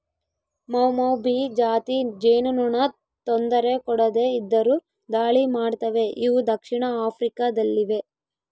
ಮೌಮೌಭಿ ಜಾತಿ ಜೇನುನೊಣ ತೊಂದರೆ ಕೊಡದೆ ಇದ್ದರು ದಾಳಿ ಮಾಡ್ತವೆ ಇವು ದಕ್ಷಿಣ ಆಫ್ರಿಕಾ ದಲ್ಲಿವೆ